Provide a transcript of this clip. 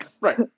Right